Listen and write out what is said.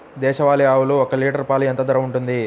దేశవాలి ఆవులు ఒక్క లీటర్ పాలు ఎంత ధర ఉంటుంది?